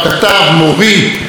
זיכרונו לברכה,